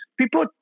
People